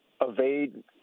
evade